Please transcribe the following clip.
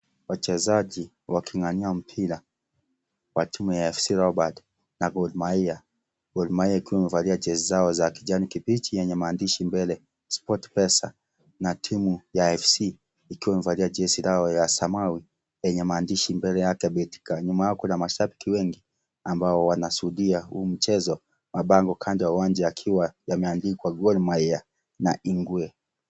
Wachezaji wakingangania mpira wa timu ya FC LEOPARD na GOR MAHIA. Gor Mahia ikiwa imevaa jezi zao za kijani kibichi, yenye maandishi mbele sport pesa na timu ya Fc ikiwa imevalia jezi lao la samawi lenye maandishi mbele yake betika. Nyuma yao kuna mashabiki wengi ambao wanashuhudia huu mchezo, mapambo kando ya uwanja yakiwa yameandikwa Gor Mahia na Igwe .